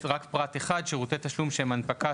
זה רק פרט אחד :שירותי תשלום שהם הנפקה